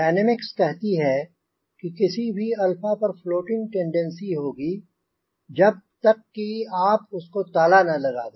dynamics कहती है कि किसी भी अल्फा पर फ्लोटिंग टेंडेंसी होगी जब तक कि आप उसको ताला ना लगा दे